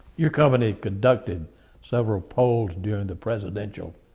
your company conducted several polls during the presidential